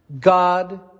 God